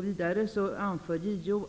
Vidare anför JO: